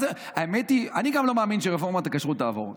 האמת היא, גם אני לא מאמין שרפורמת הכשרות תעבור.